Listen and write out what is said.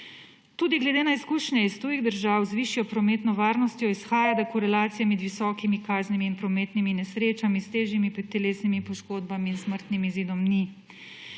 Tudi glede na izkušnje iz tujih držav z višjo prometno varnostjo izhaja, da korelacije med visokimi kaznimi in prometnimi nesrečami s težjimi telesnimi poškodbami in smrtnim izidom ni.